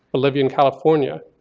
bolivia and california.